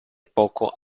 poco